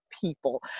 people